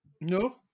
No